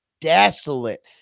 desolate